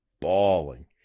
bawling